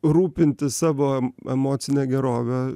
rūpintis savo emocine gerove